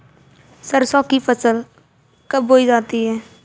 सरसों की फसल कब बोई जाती है?